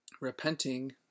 repenting